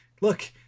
Look